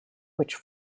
which